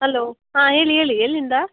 hello ಹಾಂ ಹೇಳಿ ಹೇಳಿ ಎಲ್ಲಿಂದ